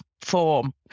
form